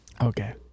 okay